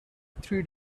three